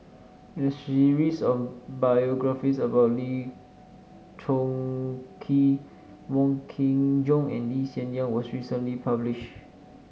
a series of biographies about Lee Choon Kee Wong Kin Jong and Lee Hsien Yang was recently published